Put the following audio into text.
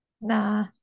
Nah